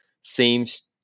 seems